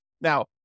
Now